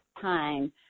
time